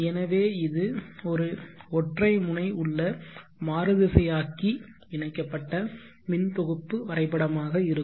எனவே இது ஒரு ஒற்றை முனை உள்ள மாறுதிசையாக்கி இணைக்கப்பட்ட மின் தொகுப்பு வரைபடமாக இருக்கும்